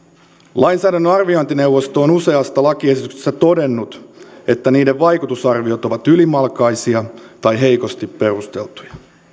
lainsäädännön arviointineuvosto on useasta lakiesityksestä todennut että niiden vaikutusarviot ovat ylimalkaisia tai heikosti perusteltuja